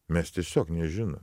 mes tiesiog nežinom